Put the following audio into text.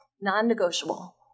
non-negotiable